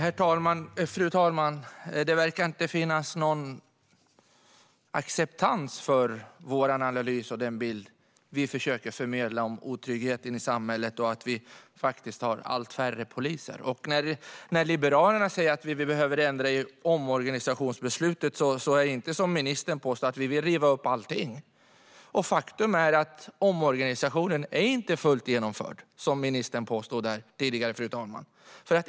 Fru talman! Det verkar inte finnas någon acceptans för vår analys av den bild som vi försöker att förmedla om otryggheten i samhället och att vi faktiskt har allt färre poliser. När Liberalerna säger att vi behöver ändra i omorganisationsbeslutet är det inte, som ministern påstår, så att vi vill riva upp allting. Faktum är, fru talman, att omorganisationen inte är fullt genomförd, vilket ministern påstod tidigare.